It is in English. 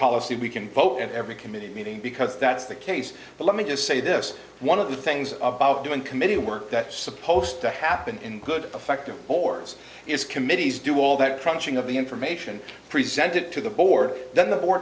policy we can vote in every committee meeting because that's the case but let me just say this one of the things about doing committee work that's supposed to happen in good effective boards is committees do all that crunching of the information presented to the board then the